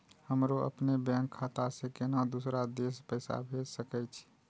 हमरो अपने बैंक खाता से केना दुसरा देश पैसा भेज सके छी?